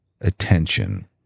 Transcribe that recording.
attention